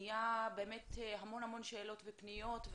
היו המון שאלות ופניות,